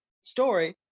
story